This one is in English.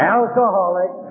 Alcoholic